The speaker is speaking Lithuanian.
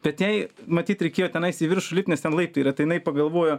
bet jai matyt reikėjo tenais į viršų lipt nes ten laiptai yra tai jinai pagalvojo